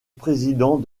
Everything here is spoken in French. président